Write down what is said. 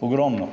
ogromno.